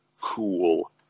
cool